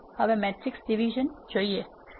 ચાલો હવે matrix division જોઈએ